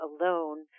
alone